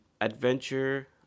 adventure